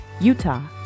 Utah